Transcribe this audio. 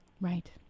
Right